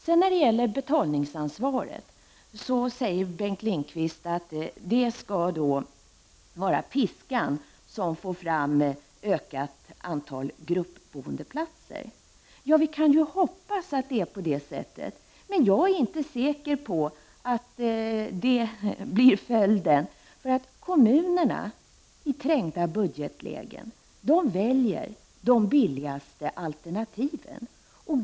Bengt Lindqvist säger att betalningsansvaret skall vara piskan för att få fram ett ökat antal gruppboendeplatser. Vi kan ju hoppas att det är på det sättet. Men jag är inte säker på att det blir följden. Kommunerna väljer i trängda budgetlägen de billigaste alternativen.